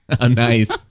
nice